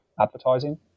advertising